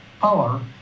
power